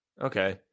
Okay